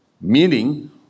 meaning